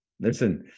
Listen